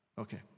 Okay